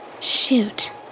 Shoot